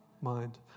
Mind